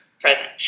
present